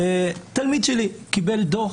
תלמיד שלי קיבל דוח.